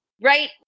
right